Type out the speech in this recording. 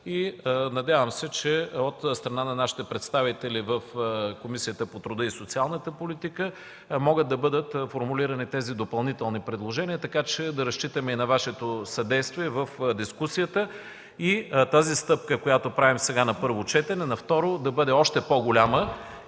Надявам се, че от страна на представителите ни в Комисията по труда и социалната политика могат да бъдат формулирани тези допълнителни предложения, така че да разчитаме и на Вашето съдействие в дискусията. Тази стъпка, която правим на първо четене, на второ да бъде още по-голяма